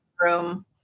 room